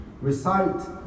recite